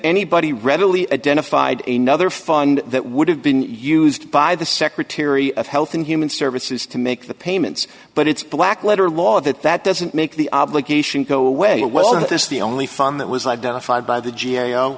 anybody readily identified a nother fund that would have been used by the secretary of health and human services to make the payments but it's black letter law that that doesn't make the obligation go away well that is the only fund that was identified by the g a o